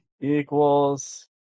equals